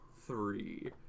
three